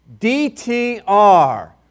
DTR